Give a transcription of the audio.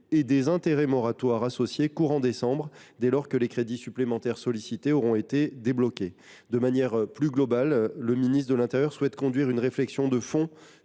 et des intérêts moratoires associés courant décembre, dès lors que les crédits supplémentaires sollicités auront été débloqués. De manière plus globale, le ministre de l’intérieur souhaite conduire une réflexion de fond